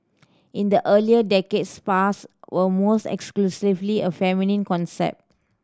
in the earlier decades spas were almost exclusively a feminine concept